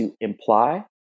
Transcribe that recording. imply